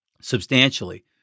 substantially